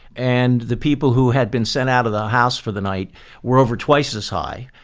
and the people who had been sent out of the house for the night were over twice as high,